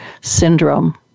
syndrome